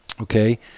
Okay